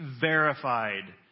verified